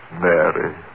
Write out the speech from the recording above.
Mary